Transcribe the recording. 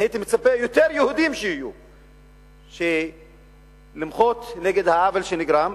הייתי מצפה שיהיו יותר יהודים שימחו נגד העוול שנגרם.